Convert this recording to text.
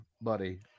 buddy